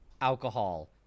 alcohol